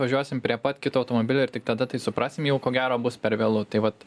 važiuosim prie pat kito automobilio ir tik tada tai suprasim jau ko gero bus per vėlu tai vat